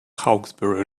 hawkesbury